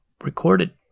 recorded